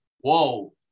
Whoa